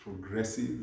progressive